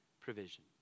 provision